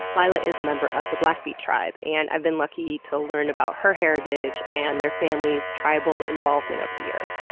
lila is a member of the blackfeet tribe, and i've been lucky to learn about her heritage and their family's tribal involvement over the years.